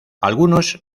algunos